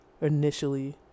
initially